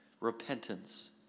repentance